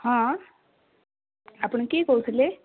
ହଁ ଆପଣ କିଏ କହୁଥିଲେ